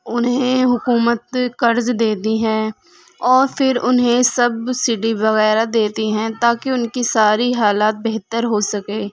انہیں حکومت قرض دیتی ہیں اور پھر انہیں سبسڈی وغیرہ دیتی ہیں تاکہ ان کی ساری حالات بہتر ہو سکے